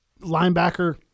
Linebacker